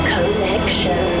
Connection